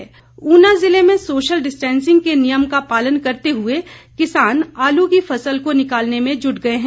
फसल कटाई ऊना जिले में सोशल डिस्टेंसिंग के नियम का पालन करते हुए किसान आलू की फसल को निकालने में जुट गए हैं